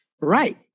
Right